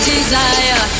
desire